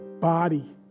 body